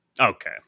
okay